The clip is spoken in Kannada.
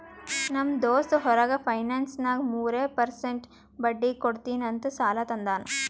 ನಮ್ ದೋಸ್ತ್ ಹೊರಗ ಫೈನಾನ್ಸ್ನಾಗ್ ಮೂರ್ ಪರ್ಸೆಂಟ್ ಬಡ್ಡಿ ಕೊಡ್ತೀನಿ ಅಂತ್ ಸಾಲಾ ತಂದಾನ್